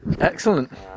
Excellent